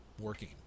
working